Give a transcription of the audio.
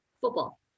football